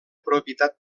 propietat